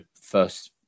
first